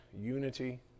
unity